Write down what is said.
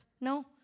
No